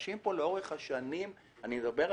לאורך השנים אנשים דנו בזה,